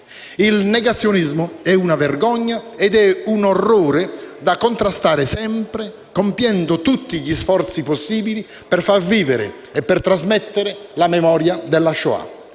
Il negazionismo è una vergogna ed è un orrore da contrastare sempre, compiendo tutti gli sforzi possibili per far vivere e per trasmettere la memoria della Shoah;